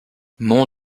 mon